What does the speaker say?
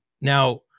Now